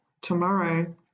tomorrow